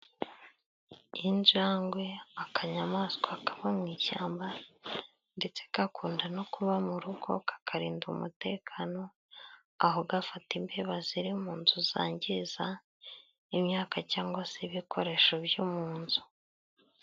Injangwe, akanyamaswa kaba mu ishyamba, ndetse gakunda no kuba mu rugo kakarinda umutekano, aho gafata imbeba ziri mu nzu zangiza imyaka cyangwa se ibikoresho byo mu nzu.